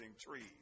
trees